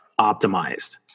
optimized